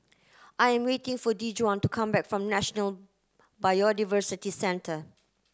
I am waiting for Dejuan to come back from National Biodiversity Centre